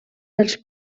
dels